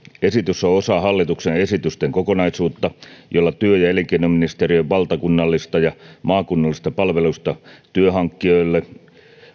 esitys on osa hallituksen esitysten kokonaisuutta jolla työ ja elinkeinoministeriön valtakunnallisista ja maakunnallisista palveluista työnhakijoille